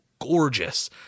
gorgeous